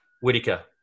Whitaker